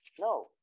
No